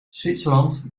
zwitserland